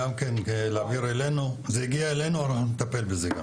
זה הגיע אלינו ואנחנו נטפל בזה.